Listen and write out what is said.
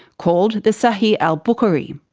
called the sahih al-bukhari.